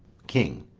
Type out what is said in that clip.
king.